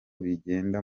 bigenda